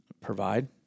provide